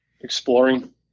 exploring